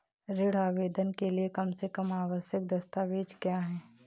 ऋण आवेदन के लिए कम से कम आवश्यक दस्तावेज़ क्या हैं?